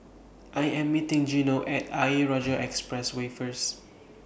I Am meeting Gino At Ayer Rajah Expressway First